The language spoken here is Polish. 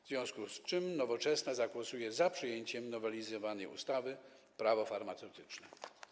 W związku z tym Nowoczesna zagłosuje za przyjęciem nowelizowanej ustawy Prawo farmaceutyczne.